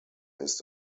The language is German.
ist